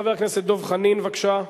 חבר הכנסת דב חנין, בבקשה.